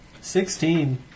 Sixteen